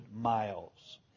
miles